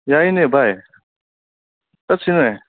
ꯌꯥꯏꯅꯦ ꯚꯥꯏ ꯆꯠꯁꯤꯅꯦ